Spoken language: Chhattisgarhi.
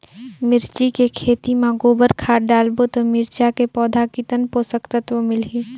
मिरचा के खेती मां गोबर खाद डालबो ता मिरचा के पौधा कितन पोषक तत्व मिलही?